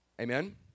Amen